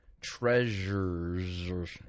treasures